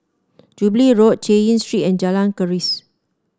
Jubilee Road Chay Yan Street and Jalan Keris